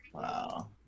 Wow